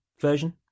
version